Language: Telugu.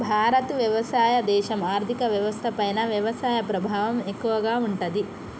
భారత్ వ్యవసాయ దేశం, ఆర్థిక వ్యవస్థ పైన వ్యవసాయ ప్రభావం ఎక్కువగా ఉంటది